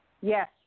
yes